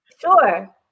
sure